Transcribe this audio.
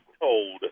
told